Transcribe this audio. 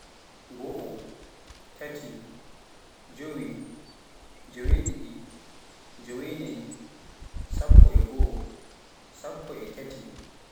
goo, taati, jeewi, jeeweɗiɗi, jeewenaayi, sappo e goo, sappo e taati.